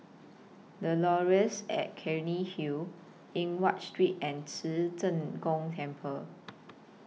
The Laurels At Cairnhill Eng Watt Street and Ci Zheng Gong Temple